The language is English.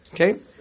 Okay